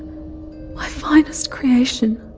my finest creation.